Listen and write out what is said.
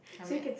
I met